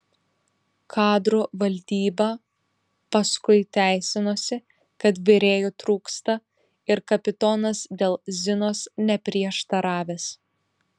kadrų valdyba paskui teisinosi kad virėjų trūksta ir kapitonas dėl zinos neprieštaravęs